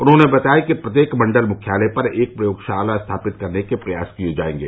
उन्होंने बताया कि प्रत्येक मण्डल मुख्यालय पर एक प्रयोगशाला स्थापित करने के प्रयास किये जायेंगे